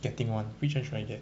getting one which [one] should I get